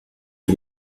for